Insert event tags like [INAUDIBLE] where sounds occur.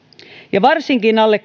ja varsinkin alle [UNINTELLIGIBLE]